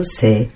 say